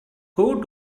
who